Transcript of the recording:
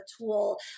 tool